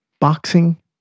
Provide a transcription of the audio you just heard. boxing